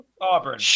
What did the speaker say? Auburn